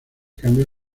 cambio